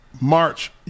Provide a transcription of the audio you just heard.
March